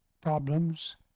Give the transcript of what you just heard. problems